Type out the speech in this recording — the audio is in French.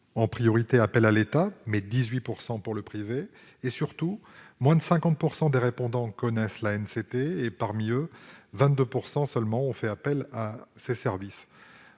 en priorité appel à l'État et 18 % au secteur privé. Surtout, moins de 50 % des répondants connaissent l'ANCT. Parmi eux, 22 % seulement ont fait appel à ses services.